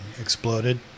exploded